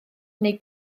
neu